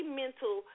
mental